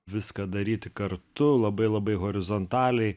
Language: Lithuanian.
viską daryti kartu labai labai horizontaliai